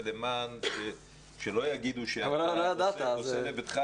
ולמען שלא יגידו שאתה עושה לביתך,